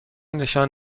نشان